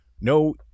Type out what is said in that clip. no